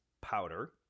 powder